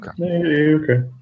Okay